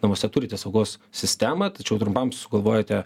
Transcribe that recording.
namuose turite saugos sistemą tačiau trumpam sugalvojote